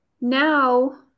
now